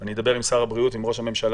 אני אדבר עם שר הבריאות ועם ראש הממשלה.